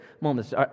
moments